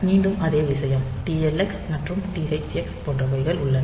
மீண்டும் அதே விஷயம் TLX மற்றும் THX போன்றவைகள் உள்ளன